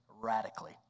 radically